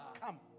come